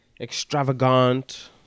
extravagant